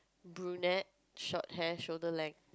brunette short hair shoulder length